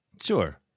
sure